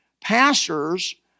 pastors